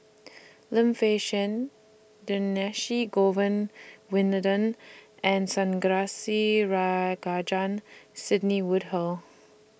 Lim Fei Shen Govin Winodan and Sidney Woodhull